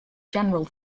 general